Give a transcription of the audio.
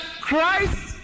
christ